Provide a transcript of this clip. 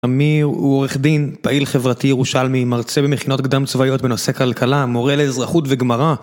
אמיר הוא עורך דין, פעיל חברתי ירושלמי, מרצה במכינות קדם צבאיות בנושא כלכלה, מורה לאזרחות וגמרא